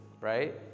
right